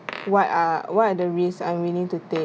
what are what are the risks I'm willing to take